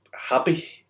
happy